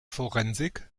forensik